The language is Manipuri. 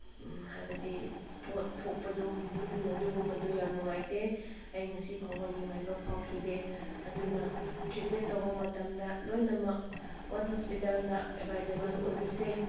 ꯍꯥꯏꯕꯗꯤ ꯄꯣꯠ ꯊꯣꯛꯄꯗꯨ ꯑꯗꯨꯒꯨꯝꯕꯗꯨ ꯌꯥꯝ ꯅꯨꯡꯉꯥꯏꯇꯦ ꯑꯩ ꯉꯁꯤ ꯐꯥꯎꯕ ꯅꯨꯡꯉꯥꯏꯕ ꯐꯥꯎꯈꯤꯗꯦ ꯑꯗꯨꯅ ꯇ꯭ꯔꯤꯠꯃꯦꯟ ꯇꯧꯕ ꯃꯇꯝꯗ ꯂꯣꯏꯅꯃꯛ ꯋꯥꯟ ꯍꯣꯁꯄꯤꯇꯥꯜꯗ ꯑꯦꯚꯥꯏꯂꯦꯕꯜ ꯑꯣꯏꯕꯁꯦ